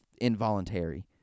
involuntary